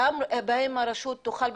והאם הרשות תוכל,